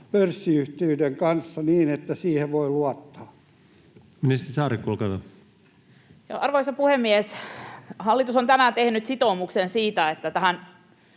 pörssiyhtiöiden kanssa niin, että siihen voi luottaa. Ministeri Saarikko, olkaa hyvä. Arvoisa puhemies! Hallitus on tänään tehnyt sitoumuksen siitä, että tähän